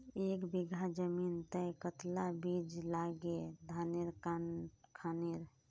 एक बीघा जमीन तय कतला ला बीज लागे धानेर खानेर?